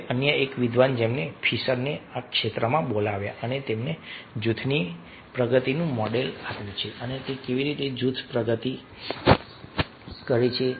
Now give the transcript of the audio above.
હવે અન્ય એક વિદ્વાન જેમણે ફિશરને આ ક્ષેત્રમાં બોલાવ્યા અને તેમણે જૂથની પ્રગતિનું મોડેલ આપ્યું છે કે કેવી રીતે જૂથ પ્રગતિ કરે છે